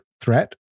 threat